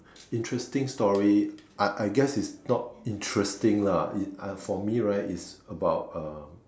interesting story I I guess it's not interesting lah it for me right it's about uh